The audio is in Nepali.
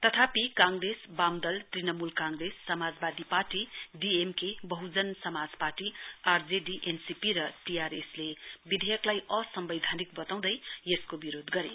तथापि काँग्रेशवाम दल तृणमूल काँग्रेस समाजवादी पार्टी डिएमकेबहुजन समाज पार्टी आर जे डिएनसिपी र टिआर एस ले विधेयकलाई असम्वैधान बताउँदै यसको विरोध गरे